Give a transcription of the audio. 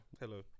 Hello